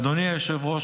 אדוני היושב-ראש,